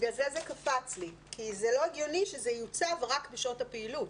בגלל זה זה קפץ לי כי לא הגיוני שזה יוצב רק בשעות הפעילות.